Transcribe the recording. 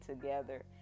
together